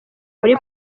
muri